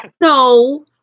no